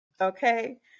okay